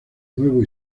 nuevo